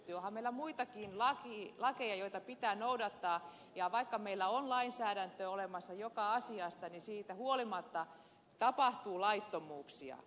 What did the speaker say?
onhan meillä muitakin lakeja joita pitää noudattaa ja vaikka meillä on lainsäädäntö olemassa joka asiasta niin siitä huolimatta tapahtuu laittomuuksia